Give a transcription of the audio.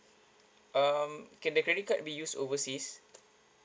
um can the credit card be used overseas